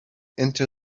into